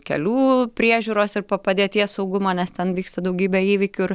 kelių priežiūros ir po padėties saugumo nes ten vyksta daugybė įvykių ir